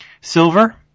Silver